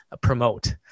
promote